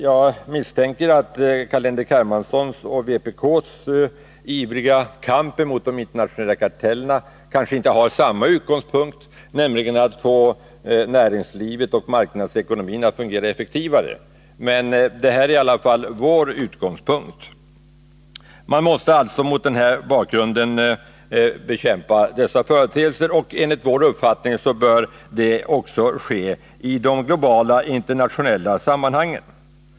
Jag misstänker att Carl-Henrik Hermanssons och vpk:s ivriga kamp mot de internationella kartellerna kanske inte har samma utgångspunkt, nämligen att få näringslivet och marknadsekonomin att fungera effektivare, men det är i alla fall vår utgångspunkt. Mot denna bakgrund måste man alltså bekämpa dessa företeelser, och enligt vår uppfattning bör detta ske i de globala, internationella sammanhangen.